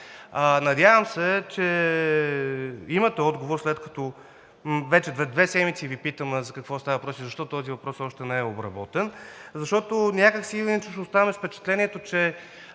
Надявам се, че имате отговор, след като вече две седмици Ви питам за какво става въпрос и защо този въпрос още не е обработен, защото някак си иначе ще останем с впечатлението, че